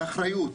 באחריות,